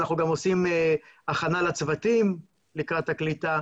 אנחנו גם עושים הכנה לצוותים לקראת הקליטה.